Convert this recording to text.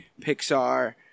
Pixar